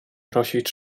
prosić